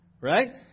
right